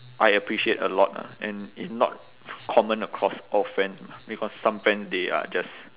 I appreciate a lot ah and it's not common across all friends mah because some friends they are just